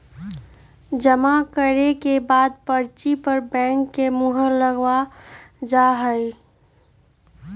जमा करे के बाद पर्ची पर बैंक के मुहर लगावल जा हई